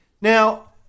Now